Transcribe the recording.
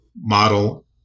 model